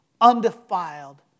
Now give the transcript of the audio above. undefiled